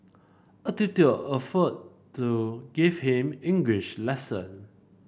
a tutor offered to give him English lesson